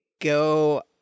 go